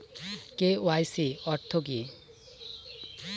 KYC অর্থ কি?